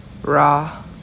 Raw